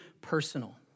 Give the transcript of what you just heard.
personal